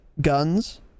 guns